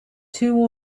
two